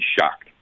shocked